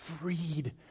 freed